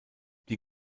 die